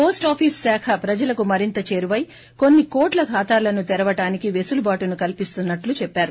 post office శాఖ ప్రజలకు మరింత చేరుపై కొన్ని కోట్ల ఖాతాలను తెరవటానికి వెసులుబాటును కల్పిస్తున్నట్లు చెప్పారు